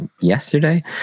yesterday